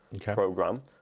program